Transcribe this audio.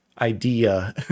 idea